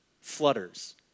Flutters